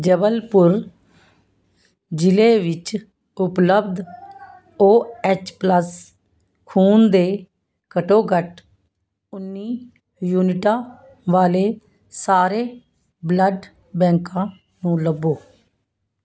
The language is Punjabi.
ਜਬਲਪੁਰ ਜ਼ਿਲ੍ਹੇ ਵਿੱਚ ਉਪਲੱਬਧ ਓ ਐਚ ਪਲੱਸ ਖੂਨ ਦੇ ਘੱਟੋ ਘੱਟ ਉੱਨੀ ਯੂਨਿਟਾਂ ਵਾਲੇ ਸਾਰੇ ਬਲੱਡ ਬੈਂਕਾਂ ਨੂੰ ਲੱਭੋ